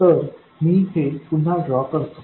तर मी हे पुन्हा ड्रॉ करतो